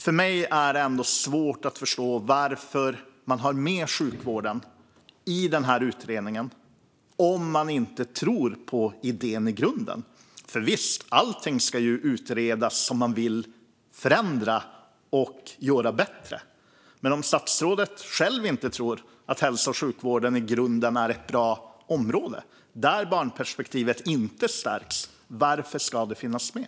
För mig är det svårt att förstå varför man har med sjukvården i utredningen om man inte tror på idén i grunden. Visst ska allt som man vill förändra och göra bättre utredas. Men om statsrådet inte själv tror att hälso och sjukvården är ett bra område för det och att barnperspektivet inte stärks - varför ska det finnas med?